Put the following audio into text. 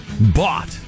Bought